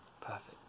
perfect